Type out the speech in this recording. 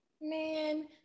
Man